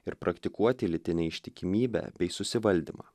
ir praktikuoti lytinę ištikimybę bei susivaldymą